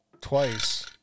twice